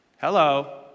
Hello